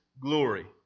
glory